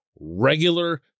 regular